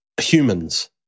humans